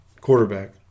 Quarterback